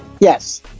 Yes